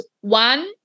One